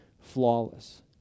flawless